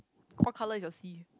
what colour is your sea